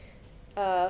uh